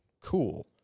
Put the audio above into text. cool